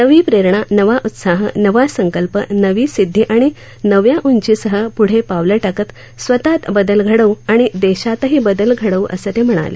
नवी प्रेरणा नवा उत्साह नवा संकल्प नवी सिद्धी आणि नव्या उंचीसह पुढं पावलं टाकत स्वतःत बदल घडवू आणि देशातही बदल घडवू असं ते म्हणाले